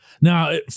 Now